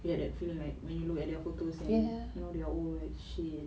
you have the feeling like when you look the photos and you know they are old and shit